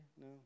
No